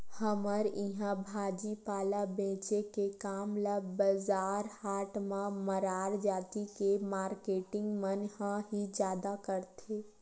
हमर इहाँ भाजी पाला बेंचे के काम ल बजार हाट म मरार जाति के मारकेटिंग मन ह ही जादा करथे